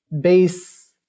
base